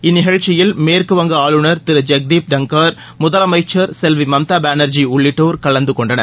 இந்நிகழ்ச்சியில் மேற்குவங்க ஆளுநர் திரு ஜெக்தீப் டங்கள் முதலமைச்சர் செல்வி மம்தா பானா்ஜி உள்ளிட்டோர் கலந்து கொண்டனர்